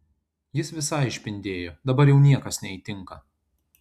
jis visai išpindėjo dabar jau niekas neįtinka